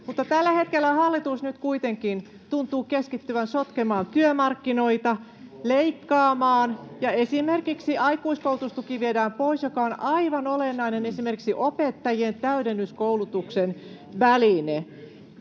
tällä hetkellä hallitus nyt kuitenkin tuntuu keskittyvän sotkemaan työmarkkinoita, leikkaamaan, ja esimerkiksi aikuiskoulutustuki viedään pois, joka on aivan olennainen esimerkiksi opettajien täydennyskoulutuksen väline.